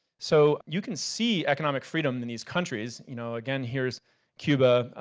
so you can see economic freedom in these countries. you know, again, here's cuba.